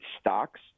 stocks